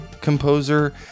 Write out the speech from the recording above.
composer